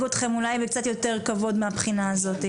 אתכם אולי בקצת יותר כבוד מהבחינה הזאת.